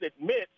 admits